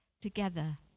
together